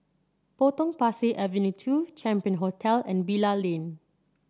Potong Pasir Avenue two Champion Hotel and Bilal Lane